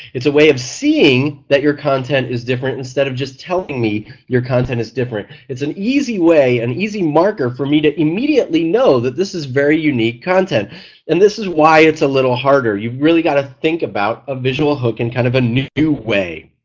it's a way of seeing that your content is different instead of just telling me your content is different. it's an easy way, an easy marker for me to immediately know that this is very unique content and this is why it's a little harder. you really have to think about a visual hook in kind of a new way,